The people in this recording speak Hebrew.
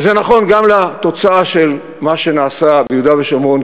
וזה נכון גם לתוצאה של מה שנעשה ביהודה ושומרון,